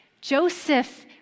Joseph